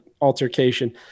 altercation